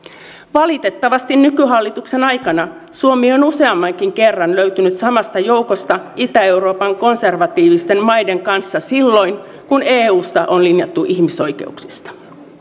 valitettavasti nykyhallituksen aikana suomi on useammankin kerran löytynyt samasta joukosta itä euroopan konservatiivisten maiden kanssa silloin kun eussa on linjattu ihmisoikeuksista